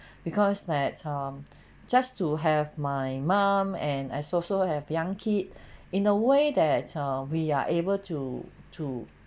because that um just to have my mom and as also have young kid in a way that err we are able to to